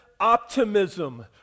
Optimism